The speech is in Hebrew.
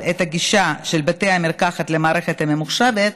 את הגישה של בתי המרקחת למערכת הממוחשבת,